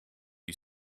you